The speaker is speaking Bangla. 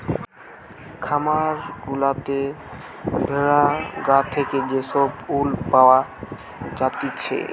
খামার গুলাতে ভেড়ার গা থেকে যে সব উল পাওয়া জাতিছে